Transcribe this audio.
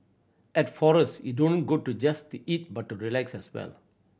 at Forest you don't go to just to eat but to relax as well